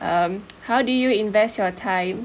um how do you invest your time